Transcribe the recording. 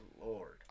lord